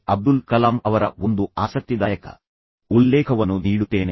ಅಬ್ದುಲ್ ಕಲಾಂ ಅವರ ಒಂದು ಆಸಕ್ತಿದಾಯಕ ಉಲ್ಲೇಖವನ್ನು ನೀಡುತ್ತೇನೆ